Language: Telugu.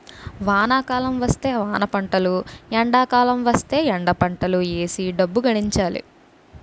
వానాకాలం వస్తే వానపంటలు ఎండాకాలం వస్తేయ్ ఎండపంటలు ఏసీ డబ్బు గడించాలి